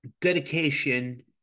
dedication